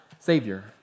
Savior